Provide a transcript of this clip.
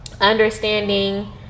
understanding